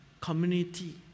community